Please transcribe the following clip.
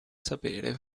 sapere